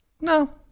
No